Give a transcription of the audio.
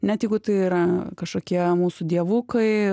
net jeigu tai yra kažkokie mūsų dievukai